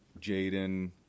Jaden